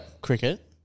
cricket